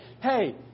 Hey